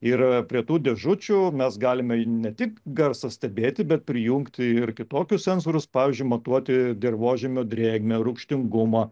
ir prie tų dėžučių mes galime ne tik garsą stebėti bet prijungti ir kitokius sensorius pavyzdžiui matuoti dirvožemio drėgmę rūgštingumą